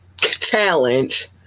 Challenge